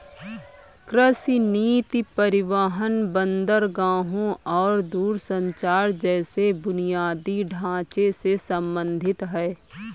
कृषि नीति परिवहन, बंदरगाहों और दूरसंचार जैसे बुनियादी ढांचे से संबंधित है